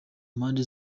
mpande